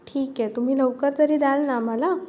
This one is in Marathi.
ठीक आहे तुम्ही लवकर तरी द्याल ना आम्हाला